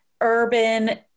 urban